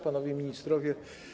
Panowie Ministrowie!